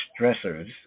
stressors